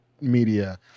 media